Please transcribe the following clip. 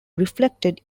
reflected